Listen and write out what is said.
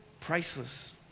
priceless